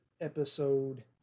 episode